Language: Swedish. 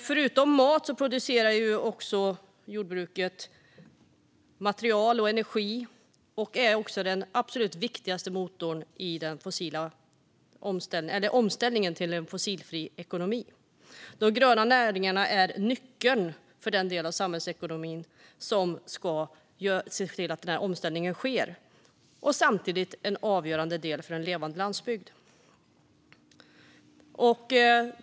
Förutom mat producerar jordbruket material och energi och är den absolut viktigaste motorn i omställningen till en fossilfri ekonomi. De gröna näringarna är nyckeln till den del av samhällsekonomin som ska se till att omställningen sker - och samtidigt en avgörande del för att vi ska ha en levande landsbygd.